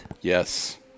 Yes